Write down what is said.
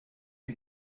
die